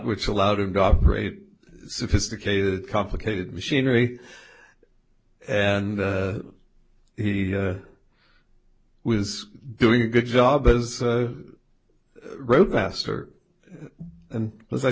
which allowed him to operate sophisticated complicated machinery and he was doing a good job as a rogue pastor and as i